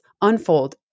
unfold